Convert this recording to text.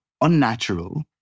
unnatural